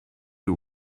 you